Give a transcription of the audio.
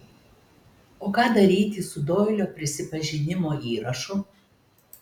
o ką daryti su doilio prisipažinimo įrašu